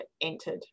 entered